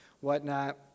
whatnot